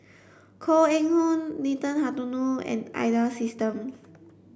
Koh Eng Hoon Nathan Hartono and Ida systems